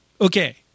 Okay